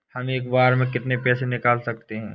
हम एक बार में कितनी पैसे निकाल सकते हैं?